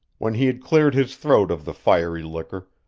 when he had cleared his throat of the fiery liquor,